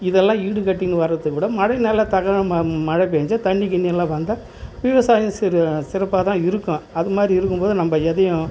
இதெல்லாம் ஈடு கட்டின்னு வரதுக்குக்கூட மழை நல்லா த ம மழை பெஞ்சா தண்ணி கிண்ணியெல்லாம் வந்தால் விவசாயம் சிற சிறப்பாக தான் இருக்கும் அது மாதிரி இருக்கும்போது நம்ம எதையும்